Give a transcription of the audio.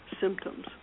symptoms